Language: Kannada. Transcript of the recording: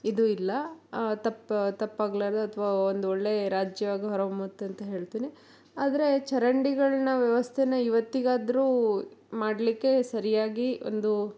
ಇದು ಇಲ್ಲ ತಪ್ಪು ತಪ್ಪಾಗ್ಲಾರ್ದು ಅಥವಾ ಒಂದೊಳ್ಳೇ ರಾಜ್ಯವಾಗೂ ಹೊರ ಹೊಮ್ಮುತ್ತೆ ಅಂತ ಹೇಳ್ತೀನಿ ಆದರೆ ಚರಂಡಿಗಳನ್ನ ವ್ಯವಸ್ಥೆನ ಇವತ್ತಿಗಾದರೂ ಮಾಡಲಿಕ್ಕೆ ಸರಿಯಾಗಿ ಒಂದು